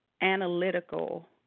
analytical